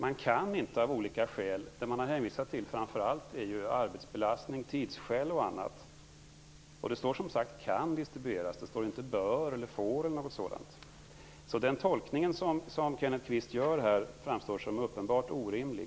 Man kan inte publicera den av olika skäl. Man har hänvisat till arbetsbelastning, tidsbrist och annat. Det står som sagt "kan", inte bör eller får eller något annat. Den tolkning som Kenneth kvist gör framstår som uppenbart orimlig.